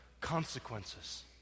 consequences